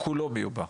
אלא כולו מיובא.